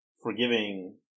Forgiving